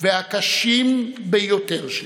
והקשים ביותר שלה.